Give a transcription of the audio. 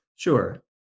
Sure